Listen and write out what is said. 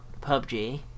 PUBG